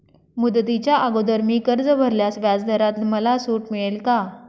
मुदतीच्या अगोदर मी कर्ज भरल्यास व्याजदरात मला सूट मिळेल का?